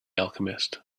alchemist